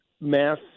mass